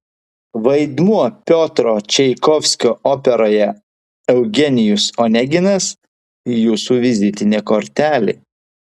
vaidmuo piotro čaikovskio operoje eugenijus oneginas jūsų vizitinė kortelė